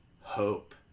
hope